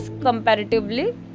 comparatively